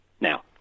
Now